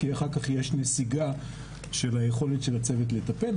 כי אחר-כך יש נסיגה של היכולת של הצוות לטפל,